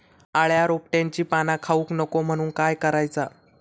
अळ्या रोपट्यांची पाना खाऊक नको म्हणून काय करायचा?